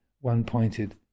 one-pointed